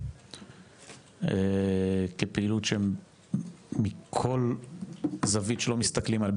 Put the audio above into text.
כפעילות שמכל זווית שלא מסתכלים עליה,